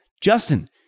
Justin